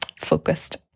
focused